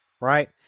Right